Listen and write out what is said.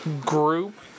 group